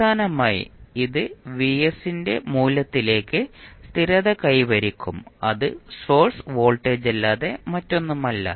അവസാനമായി ഇത് ന്റെ മൂല്യത്തിലേക്ക് സ്ഥിരത കൈവരിക്കും അത് സോഴ്സ് വോൾട്ടേജല്ലാതെ മറ്റൊന്നുമല്ല